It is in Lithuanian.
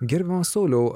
gerbiamas sauliau